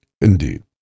Indeed